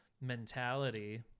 mentality